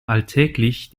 alltäglich